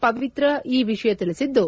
ಪವಿತ್ರ ಈ ವಿಷಯ ತಿಳಿಸಿದ್ದು